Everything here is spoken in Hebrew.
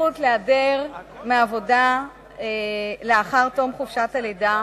הזכות להיעדר מהעבודה לאחר תום חופשת הלידה